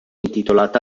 intitolata